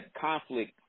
conflict